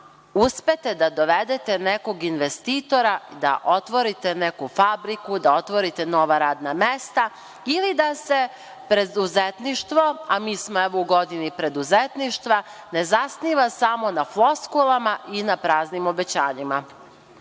uspete da dovedete nekog investitora, da otvorite neku fabriku, da otvorite nova radna mesta ili da se preduzetništvo, a mi smo evo u godini preduzetništva, ne zasniva samo na floskulama i na praznim obećanjima? Ne